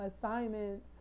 assignments